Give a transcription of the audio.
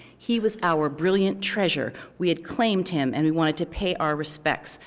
he was our brilliant treasure. we had claimed him, and we wanted to pay our respects.